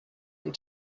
and